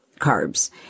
carbs